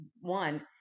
one